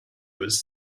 was